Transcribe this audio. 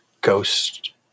ghost